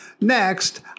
Next